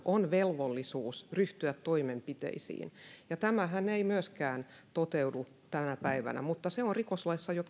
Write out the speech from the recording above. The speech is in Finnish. on velvollisuus ryhtyä toimenpiteisiin ja tämähän ei myöskään toteudu tänä päivänä mutta se on rikoslaissa jo